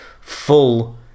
full